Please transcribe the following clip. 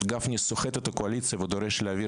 גפני סוחט את הקואליציה ודורש להעביר